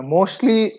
Mostly